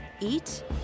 eat